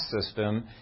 system